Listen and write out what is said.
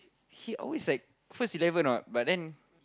he always like first eleven what but then